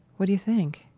what do you think?